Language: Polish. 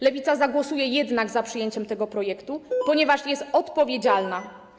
Lewica zagłosuje jednak za przyjęciem tego projektu, ponieważ jest odpowiedzialna.